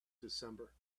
december